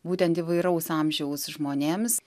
būtent įvairaus amžiaus žmonėms